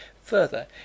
Further